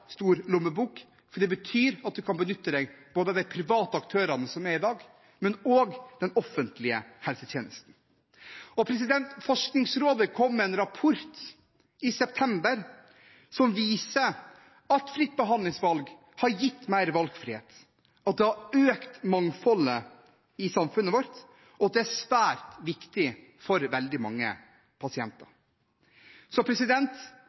stor lommebok, for det betyr at man kan benytte seg av både de private aktørene som er i dag, og av den offentlige helsetjenesten. Forskningsrådet kom i september med en rapport som viser at fritt behandlingsvalg har gitt mer valgfrihet, at det har økt mangfoldet i samfunnet vårt, og at det er svært viktig for veldig mange pasienter. Så